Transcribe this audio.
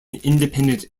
independent